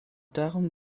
darum